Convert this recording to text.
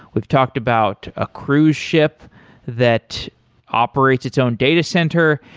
we've talked about a cruise ship that operates its own data center.